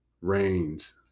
rains